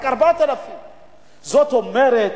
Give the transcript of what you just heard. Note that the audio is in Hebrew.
רק 4,000. זאת אומרת,